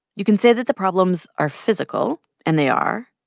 you can say that the problems are physical, and they are.